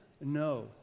No